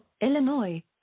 Illinois